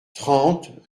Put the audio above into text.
trente